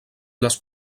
les